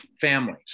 families